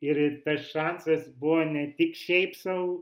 ir tas šansas buvo ne tik šiaip sau